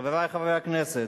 חברי חברי הכנסת,